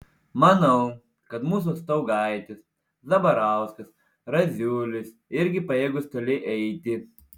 manau kad mūsų staugaitis zabarauskas raziulis irgi pajėgūs toli eiti